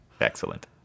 Excellent